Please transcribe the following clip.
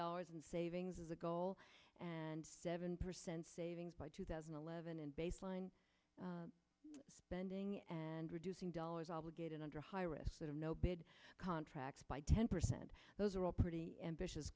dollars in savings is a goal and seven percent savings by two thousand and eleven and baseline bending and reducing dollars obligated under high risk no bid contracts by ten percent those are all pretty ambitious